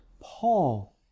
Paul